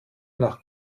nach